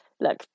look